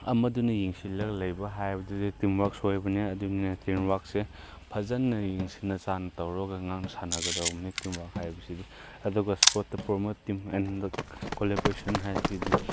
ꯑꯃꯗꯨꯅ ꯌꯦꯡꯁꯤꯜꯂꯒ ꯂꯩꯕ ꯍꯥꯏꯕꯗꯨꯗꯤ ꯇꯤꯝꯋꯥꯔꯛ ꯁꯣꯏꯕꯅꯤꯅ ꯑꯗꯨꯅꯤꯅ ꯇꯤꯝꯋꯥꯔꯛꯁꯦ ꯐꯖꯅ ꯌꯦꯡꯁꯤꯟꯅ ꯆꯥꯡ ꯇꯧꯔꯒ ꯉꯥꯛꯅ ꯁꯥꯟꯅꯒꯗꯧꯅꯦ ꯇꯤꯝꯋꯥꯔꯛ ꯍꯥꯏꯕꯁꯤꯗꯤ ꯑꯗꯨꯒ ꯏꯁꯄꯣꯔꯠꯇ ꯄ꯭ꯔꯣꯃꯣꯠ ꯇꯤꯝ ꯑꯦꯟ ꯗꯥ ꯀꯣꯂꯕꯣꯔꯦꯁꯟ ꯍꯥꯏꯕꯁꯤꯗꯤ